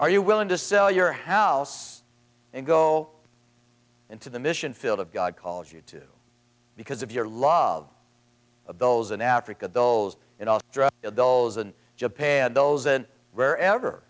are you willing to sell your house and go into the mission field of god calls you to because of your love of those in africa bills in all drug bills and japan those and wherever